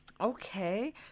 Okay